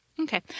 Okay